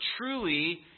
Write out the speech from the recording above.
truly